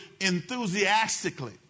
enthusiastically